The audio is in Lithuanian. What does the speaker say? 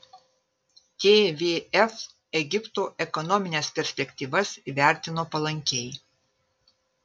tvf egipto ekonomines perspektyvas įvertino palankiai